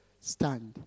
stand